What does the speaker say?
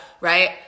Right